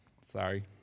Sorry